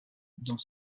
dans